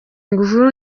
ingufu